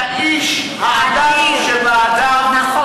אתה איש, העניו שבאדם.